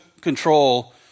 control